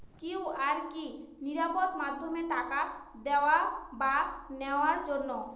QR কি নিরাপদ মাধ্যম টাকা দেওয়া বা নেওয়ার জন্য?